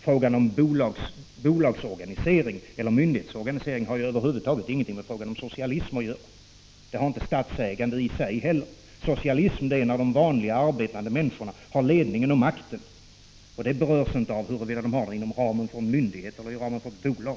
Frågan om bolagsorganisering eller myndighetsorganisering har över huvud taget ingenting med socialismen att göra. Det har inte statsägande i sig heller. Socialism är när de vanliga arbetande människorna har ledningen och makten. Det berörs inte av huruvida de har det inom ramen för en myndighet eller inom ramen för ett bolag.